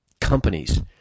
companies